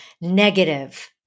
negative